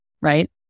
right